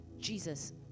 Jesus